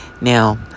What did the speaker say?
now